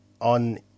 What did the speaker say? on